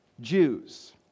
Jews